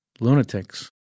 Lunatics